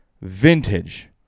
vintage